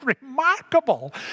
remarkable